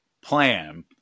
plan